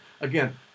Again